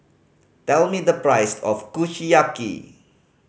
tell me the price of Kushiyaki